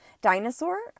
dinosaur